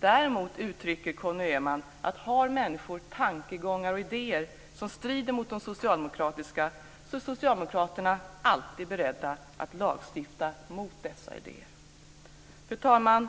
Däremot uttrycker Conny Öhman att om människor har tankegångar och idéer som strider mot de socialdemokratiska är socialdemokraterna alltid beredda att lagstifta mot dessa idéer. Fru talman!